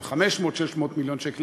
של 500 600 מיליון שקל,